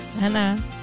Anna